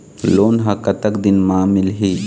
Loan ह कतक दिन मा मिलही?